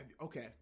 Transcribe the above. Okay